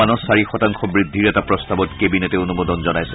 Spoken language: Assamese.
বানচ চাৰি শতাংশ বৃদ্ধিৰ এটা প্ৰস্তাৱত কেবিনেটে অনুমোদন জনাইছে